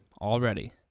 already